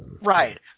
Right